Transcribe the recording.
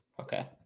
Okay